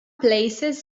places